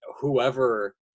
whoever